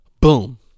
boom